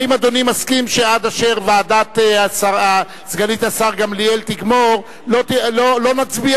האם אדוני מסכים שעד אשר הוועדה של סגנית השר גמליאל תגמור לא נצביע,